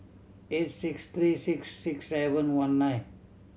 eight six three six six seven one nine